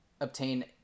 obtain